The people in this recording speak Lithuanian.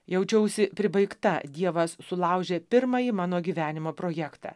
jaučiausi pribaigta dievas sulaužė pirmąjį mano gyvenimo projektą